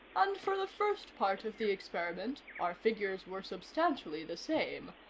and, for the first part of the experiment, our figures were substantially the same.